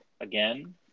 again